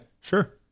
sure